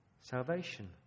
Salvation